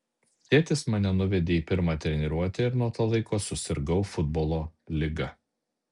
tėtis mane nuvedė į pirmą treniruotę ir nuo to laiko susirgau futbolo liga